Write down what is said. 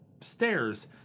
stairs